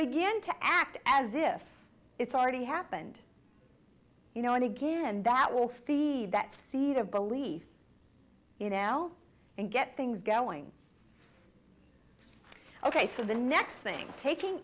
begin to act as if it's already happened you know and again that will feed that seed of belief you know and get things going ok so the next thing taking